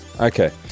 okay